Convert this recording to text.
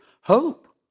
hope